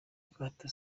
kato